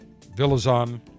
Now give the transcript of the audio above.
Villazon